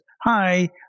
Hi